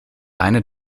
eine